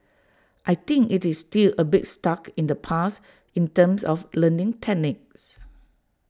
I think IT is still A bit stuck in the past in terms of learning techniques